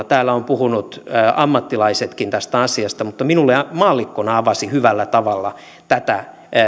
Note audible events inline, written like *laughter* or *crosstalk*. *unintelligible* täällä ovat puhuneet ammattilaisetkin tästä asiasta mutta minulle maallikkona tämä avasi hyvällä tavalla tätä